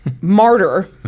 martyr